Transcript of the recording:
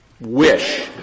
wish